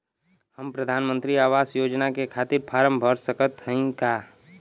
हम प्रधान मंत्री आवास योजना के खातिर फारम भर सकत हयी का?